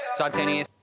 Sartinius